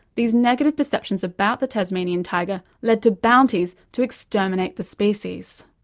these negative perceptions about the tasmanian tiger led to bounties to exterminate the species.